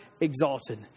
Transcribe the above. exalted